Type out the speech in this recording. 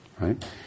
right